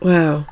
Wow